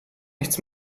nichts